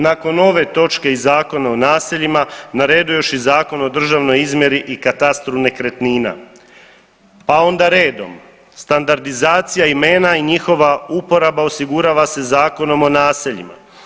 Nakon ove točke iz Zakona o naseljima na redu je još i Zakon o državnoj izmjeri i katastru nekretnina, pa onda redom standardizacija imena i njihova uporaba osigurava se Zakonom o naseljima.